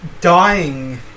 dying